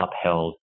upheld